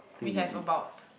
we have about